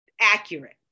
accurate